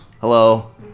Hello